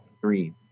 three